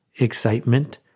excitement